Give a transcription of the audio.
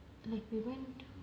like we went to